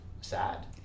Sad